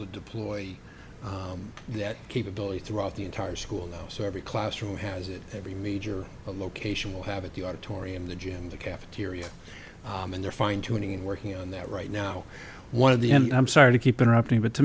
to deploy that capability throughout the entire school now so every classroom has it every major a location will have it the auditorium the gym the cafeteria and they're fine tuning and working on that right now one of the and i'm sorry to keep interrupting but to